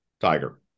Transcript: Tiger